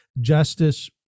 justice